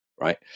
right